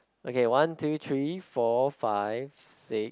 okay one two three four five six